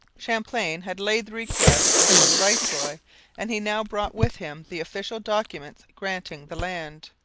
champlain had laid the request before the viceroy and he now brought with him the official documents granting the land.